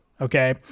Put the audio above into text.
Okay